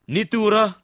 Nitura